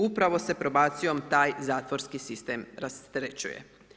Upravo se probacijom taj zatvorski sustav rasterećuje.